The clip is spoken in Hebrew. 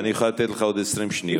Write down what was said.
אני יכול לתת לך עוד 20 שניות.